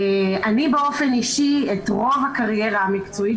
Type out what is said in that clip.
אני באופן אישי את רוב הקריירה המקצועית